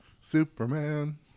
Superman